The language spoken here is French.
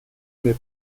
mes